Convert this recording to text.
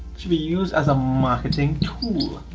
should be used as a marketing tool.